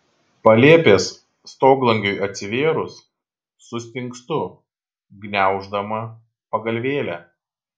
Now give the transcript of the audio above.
palėpės stoglangiui atsivėrus sustingstu gniauždama pagalvėlę